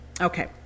Okay